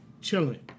chilling